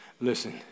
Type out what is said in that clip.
Listen